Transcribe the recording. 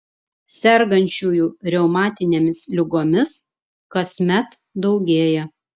sergančiųjų reumatinėmis ligomis kasmet daugėja